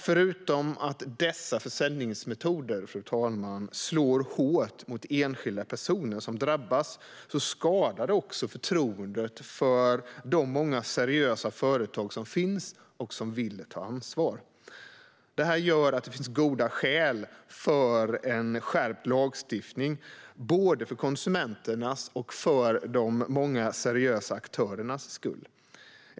Förutom att dessa försäljningsmetoder slår hårt mot de enskilda personer som drabbas skadar det förtroendet för de många seriösa företag som finns och som vill ta ansvar. Det här gör att det finns goda skäl för en skärpt lagstiftning både för konsumenternas och för de många seriösa aktörernas skull.